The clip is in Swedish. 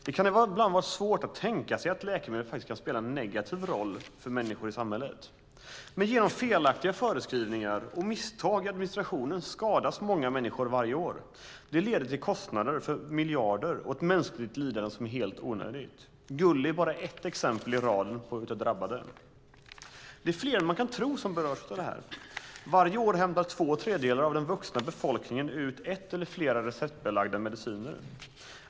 Det kan ibland vara svårt att tänka sig att läkemedel kan spela en negativ roll för människor i samhället, men genom felaktiga förskrivningar och misstag i administrationen skadas många människor varje år. Det leder till kostnader för miljarder och ett mänskligt lidande som är helt onödigt. Gulli är bara ett exempel i raden av drabbade. Det är fler än man tror som berörs av det här. Varje år hämtar två tredjedelar av den vuxna befolkningen ut en eller flera receptbelagda mediciner.